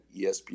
ESPN